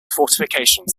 fortifications